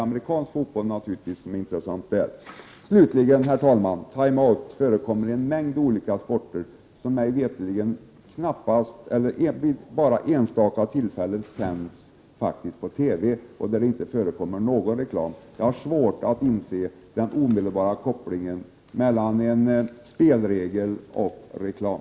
Amerikansk fotboll är naturligtvis intressant i USA. Till slut, herr talman! Time out förekommer i en mängd olika sporter, som mig veterligen sänds bara vid enstaka tillfällen i TV. Där förekommer ingen reklam. Jag har svårt att inse den omedelbara kopplingen mellan en spelregel och reklam.